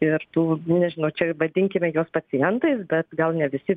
ir tų nežinau čia vadinkime juos pacientais bet gal ne visi